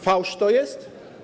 Fałsz to jest?